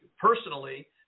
personally